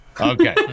Okay